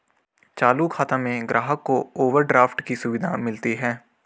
चालू खाता में ग्राहक को ओवरड्राफ्ट की सुविधा मिलती है